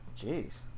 Jeez